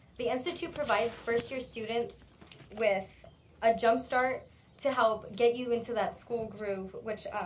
the institute provides first-year students with a jump start to help get you into that school groove, which